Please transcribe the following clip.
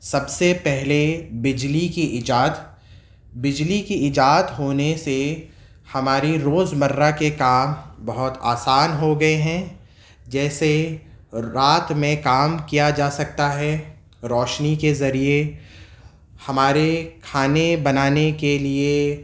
سب سے پہلے بجلی کی ایجاد بجلی کی ایجاد ہونے سے ہماری روزمرہ کے کام بہت آسان ہو گئے ہیں جیسے رات میں کام کیا جا سکتا ہے روشنی کے ذریعے ہمارے کھانے بنانے کے لیے